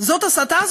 זאת הסתה?